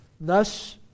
Thus